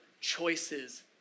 choices